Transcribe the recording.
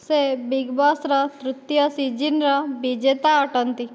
ସେ ବିଗ୍ ବସ୍ର ତୃତୀୟ ସିଜିନ୍ର ବିଜେତା ଅଟନ୍ତି